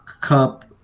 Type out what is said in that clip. Cup